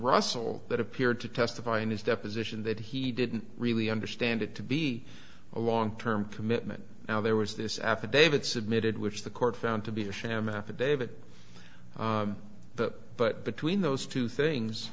russell that appeared to testify in his deposition that he didn't really understand it to be a long term commitment now there was this affidavit submitted which the court found to be a sham affidavit that but between those two things